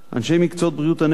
אנשי מקצועות בריאות הנפש,